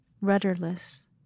rudderless